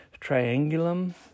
Triangulum